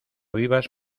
vivas